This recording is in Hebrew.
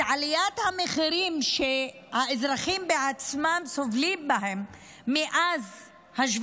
את עליית המחירים שהאזרחים בעצמם סובלים מהם מאז 7